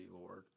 Lord